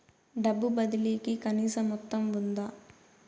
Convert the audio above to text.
డబ్బు బదిలీ కి కనీస మొత్తం ఉందా?